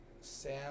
Sam